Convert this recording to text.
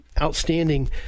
outstanding